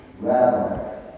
Rabbi